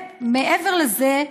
מעבר לזה,